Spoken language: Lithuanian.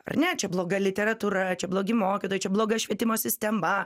ar ne čia bloga literatūra čia blogi mokytojai čia bloga švietimo sistema